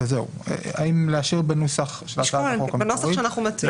האם להשאיר בנוסח הצעת החוק המקורית?